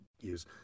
use